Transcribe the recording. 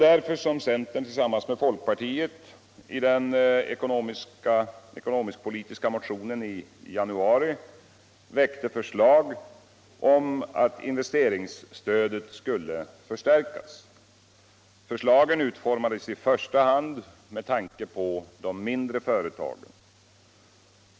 Därför väckte centern tillsammans med folkpartiet i den ekonomisk-politiska motionen i januari förslag om att investeringsstödet skulle förstärkas. Förslagen utformades i första hand med tanke på de mindre företagen.